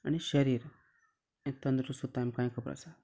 आनी शरीर हें तंदुरुस्त उरता हें आमकांय खबर आसा